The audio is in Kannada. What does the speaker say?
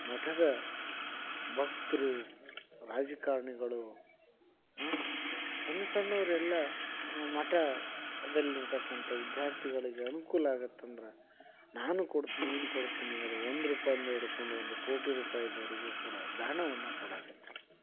ಮಠದ ಭಕ್ತ್ರು ರಾಜಕಾರಣಿಗಳು ಸಣ್ಣ ಸಣ್ಣವರೆಲ್ಲ ಮಠದಲ್ಲಿರ್ತಕ್ಕಂಥ ವಿದ್ಯಾರ್ಥಿಗಳಿಗೆ ಅನುಕೂಲ ಆಗತ್ತಂದ್ರೆ ನಾನೂ ಕೊಡ್ತ್ ನೀನು ಕೊಡ್ತೀನಿ ಅದು ಒಂದು ರೂಪಾಯಿಂದ ಹಿಡ್ಕೊಂಡು ಒಂದು ಕೋಟಿ ರೂಪಾಯಿದ್ವರೆಗೂ ಕೂಡ ದಾನವನ್ನು ಕೊಡಾಕತ್ತಾರ